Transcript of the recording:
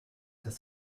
dass